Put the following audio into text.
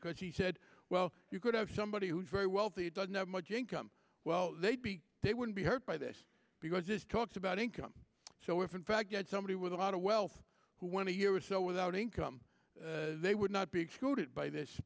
because he said well you could have somebody who's very wealthy doesn't have much income well they'd be they wouldn't be hurt by this because this talks about income so if in fact you had somebody with a lot of wealth who went to a year or so without income they would not be excluded by this